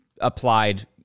applied